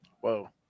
Whoa